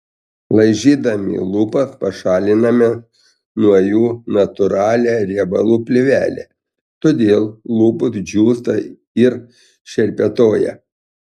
laižydami lūpas pašaliname nuo jų natūralią riebalų plėvelę todėl lūpos džiūsta ir šerpetoja